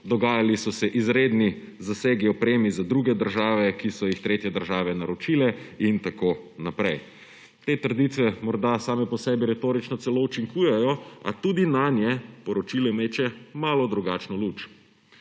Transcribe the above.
dogajali so se izredni zasegi opreme za druge države, ki so jih tretje države naročile in tako naprej. Te trditve morda same po sebi retorično celo učinkujejo, a tudi nanje poročilo meče malo drugačno luč.